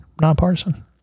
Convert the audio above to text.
nonpartisan